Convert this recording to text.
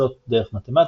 פריצות דרך מתמטיות,